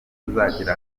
tuzagera